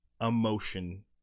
emotion